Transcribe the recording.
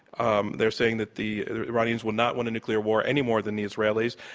um they're saying that the iranians will not want a nuclear war any more than the israelis.